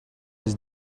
his